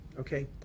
okay